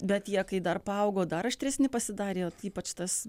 bet jie kai dar paaugo dar aštresni pasidarė ypač tas